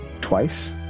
twice